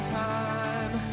time